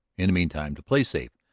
in the meantime, to play safe,